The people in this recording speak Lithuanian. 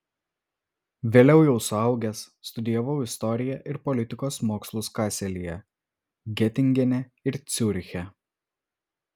vėliau jau suaugęs studijavau istoriją ir politikos mokslus kaselyje getingene ir ciuriche